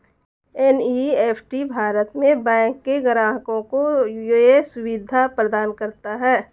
NEFT Bharat में bank के ग्राहकों को ये सुविधा प्रदान करता है